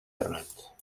errat